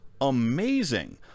amazing